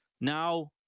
now